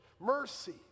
mercy